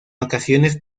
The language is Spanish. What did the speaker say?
ocasiones